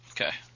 Okay